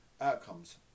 outcomes